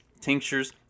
tinctures